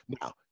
Now